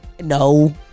No